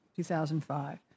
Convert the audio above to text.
2005